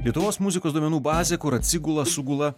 lietuvos muzikos duomenų bazė kur atsigula sugula